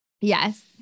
Yes